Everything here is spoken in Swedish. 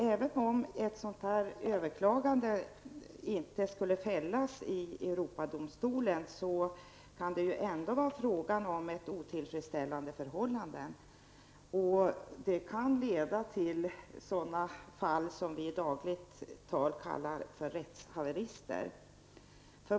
Även om ett överklagande inte skulle vinna bifall i Europadomstolen, kan det ändå vara fråga om ett otillfredsställande förhållande. Detta kan leda till vad vi i dagligt tal kallar för rättshaveri.